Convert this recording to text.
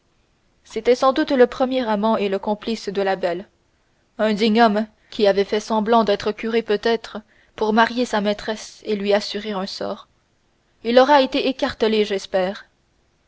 c'était sans doute le premier amant et le complice de la belle un digne homme qui avait fait semblant d'être curé peut-être pour marier sa maîtresse et lui assurer un sort il aura été écartelé